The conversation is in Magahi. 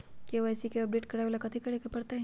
के.वाई.सी के अपडेट करवावेला कथि करें के परतई?